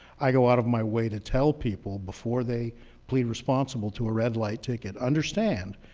i go out of my way to tell people before they plead responsible to a red light ticket, understand,